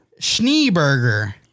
Schneeberger